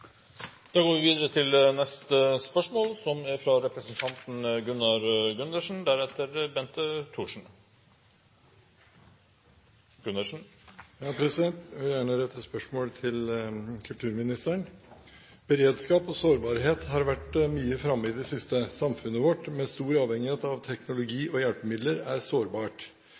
til neste spørretime. Jeg vil gjerne rette et spørsmål til kulturministeren: «Beredskap og sårbarhet har vært mye framme i det siste. Samfunnet vårt, med stor avhengighet av teknologi og hjelpemidler, er sårbart.